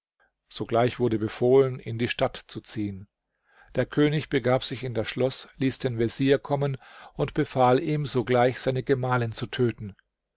sogleich wurde befohlen in die stadt zu ziehen der könig begab sich in das schloß ließ den vezier kommen und befahl ihm sogleich seine gemahlin zu töten